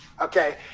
Okay